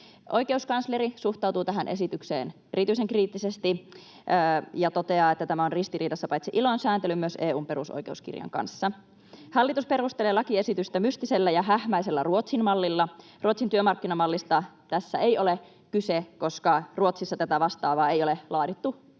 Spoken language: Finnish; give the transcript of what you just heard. Oikeuskansleri suhtautuu tähän esitykseen erityisen kriittisesti ja toteaa, että tämä on ristiriidassa paitsi ILOn sääntelyn myös EU:n perusoikeuskirjan kanssa. Hallitus perustelee lakiesitystä mystisellä ja hähmäisellä Ruotsin mallilla. Ruotsin työmarkkinamallista tässä ei ole kyse, koska Ruotsissa tätä vastaavaa ei ole laadittu